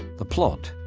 the plot,